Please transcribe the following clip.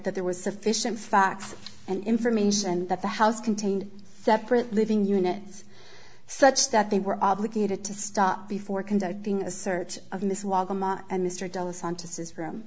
that there was sufficient facts and information that the house contained separate living units such that they were obligated to stop before conducting a search o